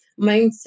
Mindset